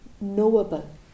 knowable